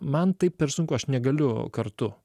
man taip per sunku aš negaliu kartu